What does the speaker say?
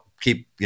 keep